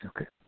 Okay